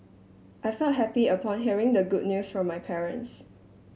I felt happy upon hearing the good news from my parents